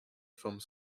forment